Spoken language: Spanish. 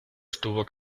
estuvo